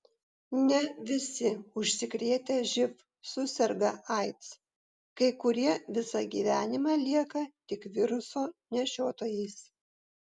ne visi užsikrėtę živ suserga aids kai kurie visą gyvenimą lieka tik viruso nešiotojais